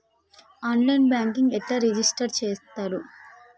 On line banking ఎట్లా register చేత్తరు?